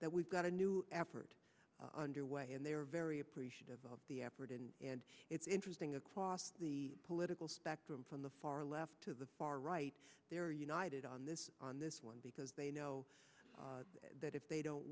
that we've got a new effort underway and they are very appreciative of the effort and it's interesting across the political spectrum from the far left to the far right they are united on this on this one because they know that if they don't